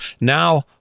now